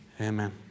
Amen